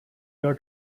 your